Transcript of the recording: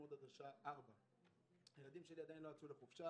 מתחילים ללמוד עד 16:00. הבנים שלי עדיין לא יצאו לחופשה.